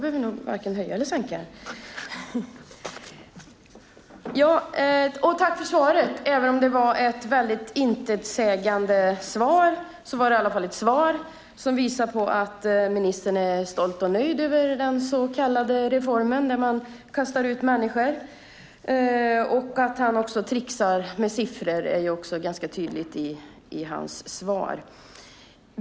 Herr talman! Tack för svaret! Även om det var ett väldigt intetsägande svar så var det i alla fall ett svar som visar att ministern är stolt och nöjd över den så kallade reformen där man kastar ut människor. Att han också tricksar med siffror är ganska tydligt i hans svar.